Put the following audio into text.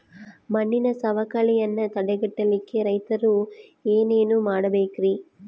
ಮಣ್ಣಿನ ಸವಕಳಿಯನ್ನ ತಡೆಗಟ್ಟಲಿಕ್ಕೆ ರೈತರು ಏನೇನು ಮಾಡಬೇಕರಿ?